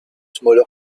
smaller